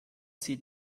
sie